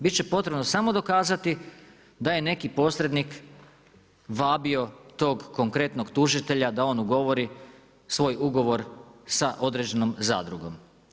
Biti će potrebno samo dokazati da je neki posrednik vabio tog konkretnog tužitelja da on ugovori svoj ugovor sa određenom zadrugom.